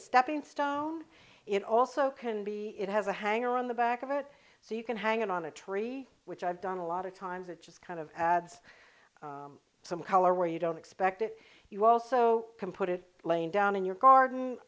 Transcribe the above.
stepping stone it also can be it has a hanger on the back of it so you can hang it on a tree which i've done a lot of times it just kind of adds some color where you don't expect it you also can put it laying down in your garden